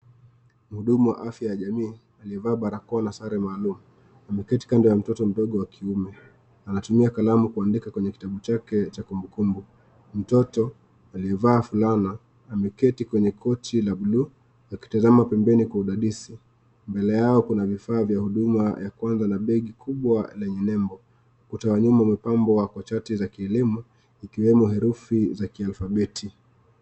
Mhuduma wa afya ya jamii aliye vaa barakoa na sare maalum. Ameketi kando ya mtoto mdogo wa kiume. Anatumia kalamu kuandika kwenye kitabu chake cha kumbukumbu. Mtoto aliyevaa fulana, ameketi kwenye kochi la bluu akitazama pembeni kwa udadisi. Mbele yao kuna vifaa ya huduma ya kwanza ni begi kubwa lenye nembo, ukuta wa nyuma umepambwa kwa chati ya kielimu ikiwemo herufi za alfabeti.